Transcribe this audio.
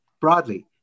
broadly